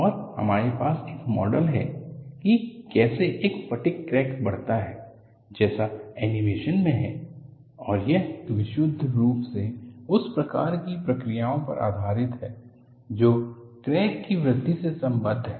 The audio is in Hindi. और हमारे पास एक मॉडल है की कैसे एक फटिग क्रैक बढ़ता है जैसा एनीमेशन मे है और यह विशुद्ध रूप से उस प्रकार की प्रक्रियाओं पर आधारित है जो क्रैक की वृद्धि से संबद्ध हैं